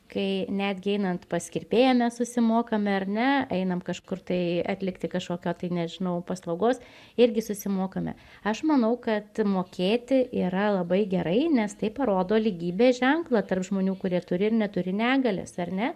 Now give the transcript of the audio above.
kai netgi einant pas kirpėją mes susimokame ar ne einam kažkur tai atlikti kažkokio tai nežinau paslaugos irgi susimokame aš manau kad mokėti yra labai gerai nes tai parodo lygybės ženklą tarp žmonių kurie turi ir neturi negalias ar ne